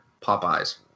Popeyes